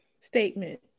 statement